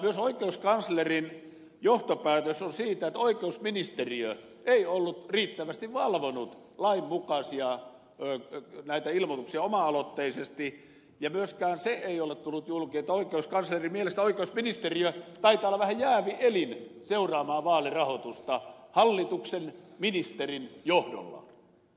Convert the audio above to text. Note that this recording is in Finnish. myös oikeuskanslerin johtopäätös on siitä että oikeusministeriö ei ollut riittävästi valvonut lainmukaisia ilmoituksia oma aloitteisesti ja myöskään se ei ole tullut julki että oikeuskanslerin mielestä oikeusministeriö taitaa olla vähän jäävi elin seuraamaan vaalirahoitusta hallituksen ministerin johdolla